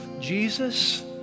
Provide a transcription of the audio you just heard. Jesus